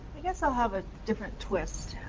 i guess i'll have a different twist.